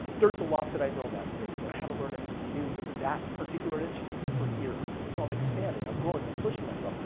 there's a lot that i known that space and i haven't learned anything new in that particular niche for years. so, i'm expanding, i'm growing, and pushing myself.